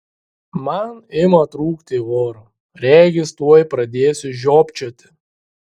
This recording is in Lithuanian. man ima trūkti oro regis tuoj pradėsiu žiopčioti